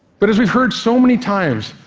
but as we've heard so many times,